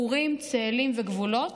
אורים, צאלים וגבולות.